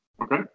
Okay